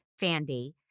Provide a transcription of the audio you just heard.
Fandy